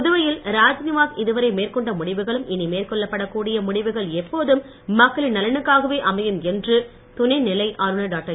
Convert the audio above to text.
புதுவையில் ராஜ்நிவாஸ் இதுவரை மேற்கொண்ட முடிவுகளும் இனி மேற்கொள்ளப்படக் கூடிய முடிவுகள் எப்போதும் மக்களின் நலனுக்காகவே அமையும் என்று துணைநிலை ஆளுநர் டாக்டர்